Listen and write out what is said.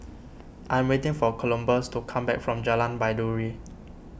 I am waiting for Columbus to come back from Jalan Baiduri